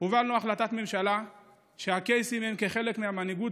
הובלנו החלטת ממשלה שהקייסים הם חלק מהמנהיגות